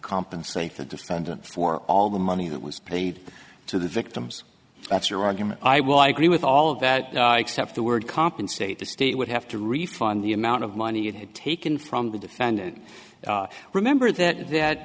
compensate the defendant for all the money that was paid to the victims that's your argument i will i agree with all of that except the word compensate the state would have to refund the amount of money it had taken from the defendant remember that